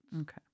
Okay